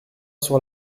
sur